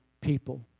people